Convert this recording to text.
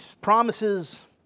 promises